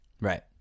Right